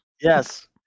Yes